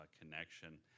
connection